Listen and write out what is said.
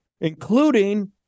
Including